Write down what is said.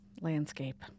landscape